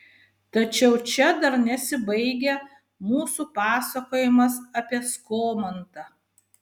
tačiau čia dar nesibaigia mūsų pasakojimas apie skomantą